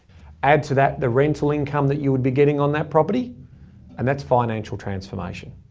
add to that, the rental income that you would be getting on that property and that's financial transformation.